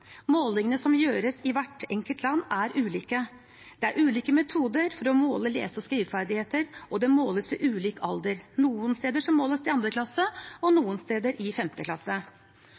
Målingene som gjøres i hvert enkelt land, er ulike. Det er ulike metoder for å måle lese- og skriveferdigheter, og det måles ved ulik alder. Noen steder måles det i 2. klasse og noen steder i 5. klasse.